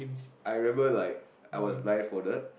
I remember like I was blind folded